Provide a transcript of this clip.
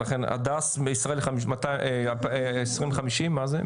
ולכן הדס מישראל 2050, מה זה?